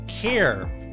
care